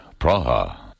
Praha